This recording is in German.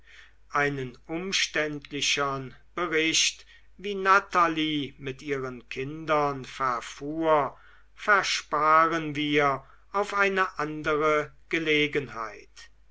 einen umständlichern bericht wie natalie mit ihren kindern verfuhr versparen wir auf eine andere gelegenheit